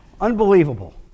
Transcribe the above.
Unbelievable